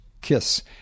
kiss